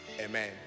Amen